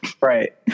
Right